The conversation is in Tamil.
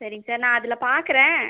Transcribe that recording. சரிங்க சார் நான் அதில் பார்க்குறேன்